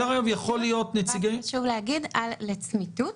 רק חשוב להגיד "לצמיתות",